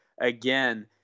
again